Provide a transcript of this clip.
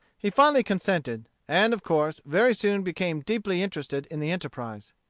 he finally consented, and, of course, very soon became deeply interested in the enterprise.